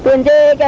but and